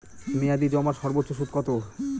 মেয়াদি জমার সর্বোচ্চ সুদ কতো?